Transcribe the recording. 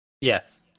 yes